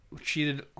cheated